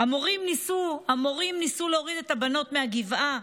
המורים ניסו להוריד את הבנות מהגבעה,